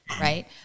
Right